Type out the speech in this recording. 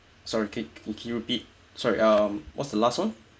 sorry can can you repeat sorry um what's the last one